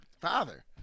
father